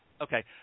Okay